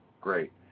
Great